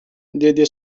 деди